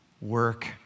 work